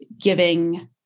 giving